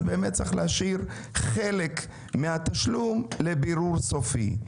צריך באמת להשאיר חלק מהתשלום לבירור סופי.